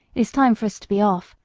it is time for us to be off,